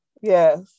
Yes